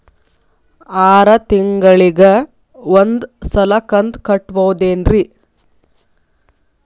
ಆರ ತಿಂಗಳಿಗ ಒಂದ್ ಸಲ ಕಂತ ಕಟ್ಟಬಹುದೇನ್ರಿ?